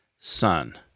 Son